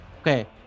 Okay